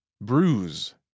Bruise